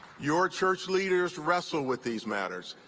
your church leaders wrestle with these matters,